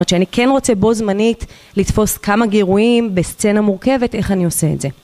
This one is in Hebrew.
זאת אומרת שאני כן רוצה בו זמנית לתפוס כמה גירויים בסצנה מורכבת, איך אני עושה את זה.